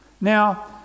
Now